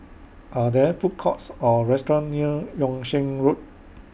Are There Food Courts Or restaurants near Yung Sheng Road